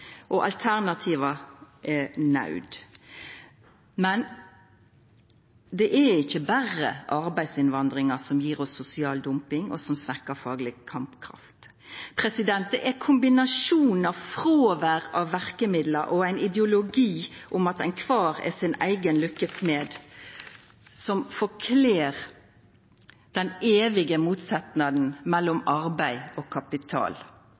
er naud. Men det er ikkje berre arbeidsinnvandringa som gjev oss sosial dumping, og som svekkjer fagleg kampkraft. Det er kombinasjonen av fråvære av verkemidlar og ein ideologi om at kvar og ein er si eiga lykkes smed som forkler den evige motsetnaden mellom arbeid og kapital.